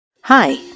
Hi